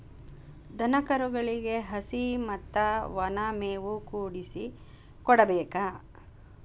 ದನಕರುಗಳಿಗೆ ಹಸಿ ಮತ್ತ ವನಾ ಮೇವು ಕೂಡಿಸಿ ಕೊಡಬೇಕ